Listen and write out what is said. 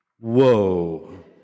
Whoa